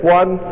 one